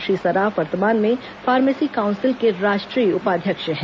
श्री सराफ वर्तमान में pharmacy council के राष्ट्रीय उपाध्यक्ष हैं